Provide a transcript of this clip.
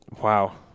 Wow